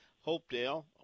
Hopedale